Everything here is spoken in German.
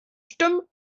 stimmen